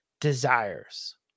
desires